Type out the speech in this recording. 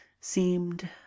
seemed